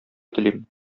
телим